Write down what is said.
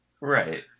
Right